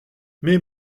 mais